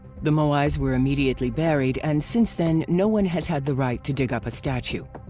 the moais were immediately buried and since then no one has had the right to dig up a statue.